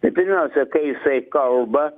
tai pirmiausia kai jisai kalba